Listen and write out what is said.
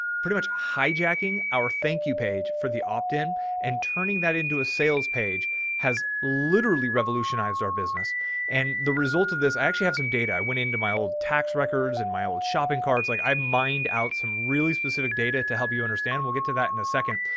pretty much hijacking our thank you page for the optin and turning that into a sales page has literally revolutionized our business and the result of this. i actually have some data. i went into my old tax records and my old shopping cards. like i've mined out some really specific data to help you understand. we'll get to that in a second.